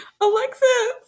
Alexis